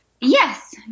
Yes